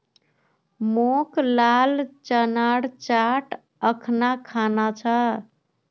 मोक लाल चनार चाट अखना खाना छ